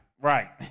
right